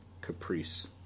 Caprice